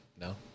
No